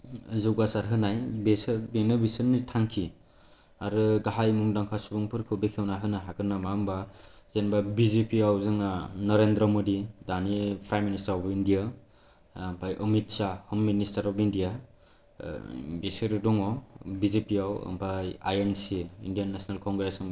जौगासार होनाय बेसोर बेने बिसोरनो थांखि आरो गाहाय मुंदांखा सुबुंफोरखौ बेखेवनान होनो हागोन नामा हम्बा जेनेबा बि जे पिआव जोंना नरेनद्र मदि दानि प्राइम मिनिस्टार अफ इन्डिया आमफ्राय Amit Shah home minister of India बिसोर दङ बि जे पिआव आमफ्राय I N C Indian National Congress होनबा